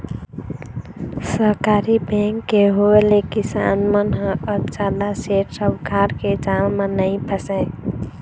सहकारी बेंक के होय ले किसान मन ह अब जादा सेठ साहूकार के जाल म नइ फसय